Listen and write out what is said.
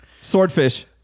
Swordfish